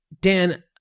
Dan